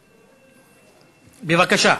בבקשה.